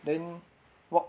then what